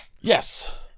yes